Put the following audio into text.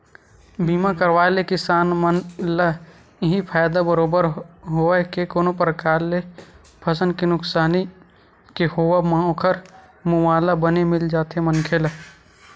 बीमा करवाय ले किसान मन ल इहीं फायदा बरोबर हवय के कोनो परकार ले फसल के नुकसानी के होवब म ओखर मुवाला बने मिल जाथे मनखे ला